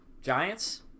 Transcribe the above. Giants